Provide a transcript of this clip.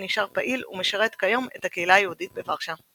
נשאר פעיל ומשרת כיום את הקהילה היהודית בוורשה.